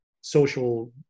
social